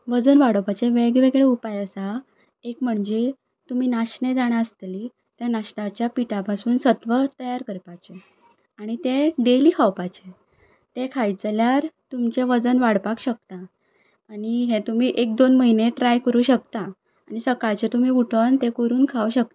वजन वाडोवपाचे वेगवेगळे उपाय आसा एक म्हणजे तुमी नाचणें जाणा आसतली त्या नाचणाच्या पिठा पसून सत्व तयार करपाचें आनी तें डेली खावपाचें तें खायत जाल्यार तुमचें वजन वाडपाक शकता आनी हें तुमी एक दोन म्हयने ट्राय करूं शकता आनी सकाळचें तुमी उठून तें करून खावं शकता